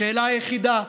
השאלה היחידה,